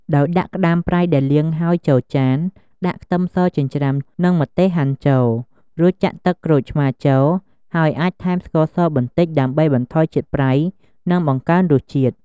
ដោយដាក់ក្តាមប្រៃដែលលាងហើយចូលចាន ដាក់ខ្ទឹមសចិញ្ច្រាំ និងម្ទេសហាន់ចូល រួចចាក់ទឹកក្រូចឆ្មារចូល ហើយអាចថែមស្ករសបន្តិចដើម្បីបន្ថយជាតិប្រៃ និងបង្កើនរសជាតិ។